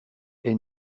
est